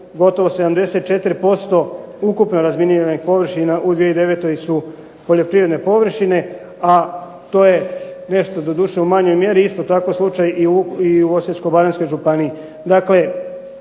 gotovo 74% ukupno razminiranih površina u 2009. su poljoprivredne površine, a to je nešto u manjoj mjeri isto tako i slučaj u Osječko-baranjskoj županiji.